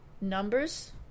numbers